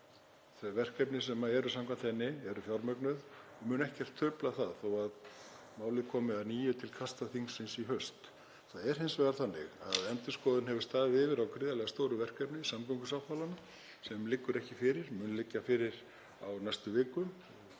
og verkefni samkvæmt henni eru fjármögnuð og það mun ekkert trufla þau þó að málið komi að nýju til kasta þingsins í haust. Það er hins vegar þannig að endurskoðun hefur staðið yfir á gríðarlega stóru verkefni, samgöngusáttmálanum, sem liggur ekki fyrir en mun liggja fyrir á næstu vikum.